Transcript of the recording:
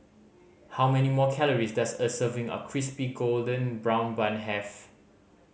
how many more calories does a serving of Crispy Golden Brown Bun have